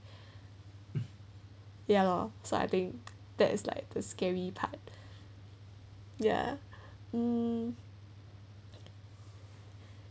ya lor so I think that is like the scary part ya um